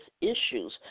issues